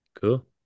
Cool